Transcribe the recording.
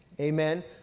amen